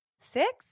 six